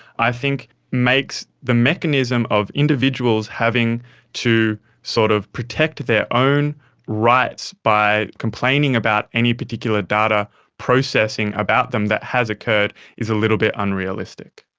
i think makes the mechanism of individuals having to sort of protect their own rights by complaining about any particular data processing about them that has occurred is a little bit unrealistic.